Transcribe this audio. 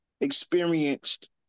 experienced